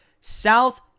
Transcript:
South